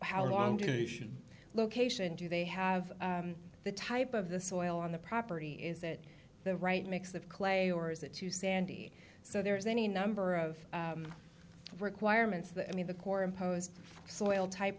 how long to a location do they have the type of the soil on the property is that the right mix of clay or is it too sandy so there's any number of requirements that i mean the core imposed soil type